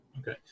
Okay